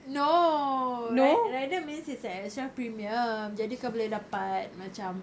no ride rider means it's an extra premium jadi kau boleh dapat macam